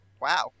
Wow